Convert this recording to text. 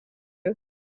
you